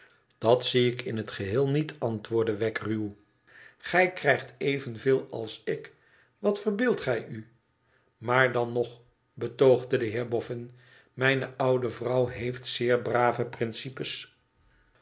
dat zie ik in het geheel niet antwoordde wegg ruw tgij krijgt evenveel als ik wat verbeeldt gij u tmaar dan nog betoogde de heer boffin mijne oude vrouw heeft zeer brave principes